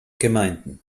gemeinden